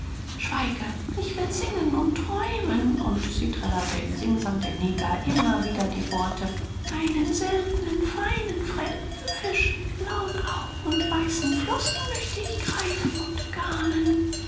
schweige ich will singen und träumen und sie trällerte im singsang der neger immer wieder die worte einen seltenen feinen fremden fisch mit blauen augen und weißen flossen möchte ich greifen und garnen